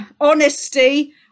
honesty